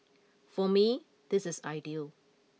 for me this is ideal